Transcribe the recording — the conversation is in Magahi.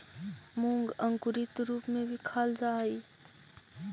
मूंग अंकुरित रूप में भी खाल जा हइ